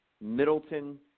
Middleton